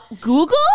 Google